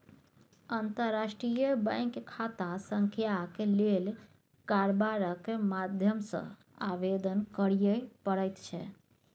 अंतर्राष्ट्रीय बैंक खाता संख्याक लेल कारबारक माध्यम सँ आवेदन करय पड़ैत छै